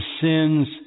sins